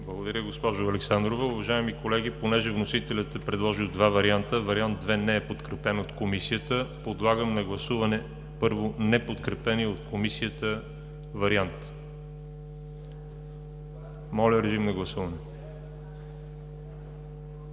Благодаря, госпожо Александрова. Уважаеми колеги, понеже вносителят е предложил два варианта. вариант II не е подкрепен от Комисията. Подлагам на гласуване, първо, неподкрепения от Комисията вариант. Гласували